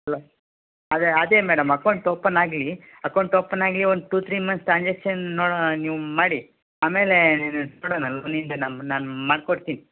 ಅದೆ ಅದೇ madam account open ಆಗಲಿ ಅಕೌಂಟ್ ಓಪನ್ ಆಗಲಿ ಒಂದು two three months transaction no ನೀವು ಮಾಡಿ ಆಮೇಲೆ ನೋಡೋಣ ನಾನು ಮಾಡ್ಕೊಡ್ತೀನಿ